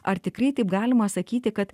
ar tikrai taip galima sakyti kad